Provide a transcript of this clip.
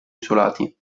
isolati